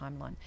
timeline